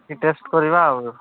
ଟିକେ ଟେଷ୍ଟ୍ କରିବା ଆଉ